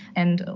and,